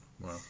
Wow